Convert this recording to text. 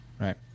right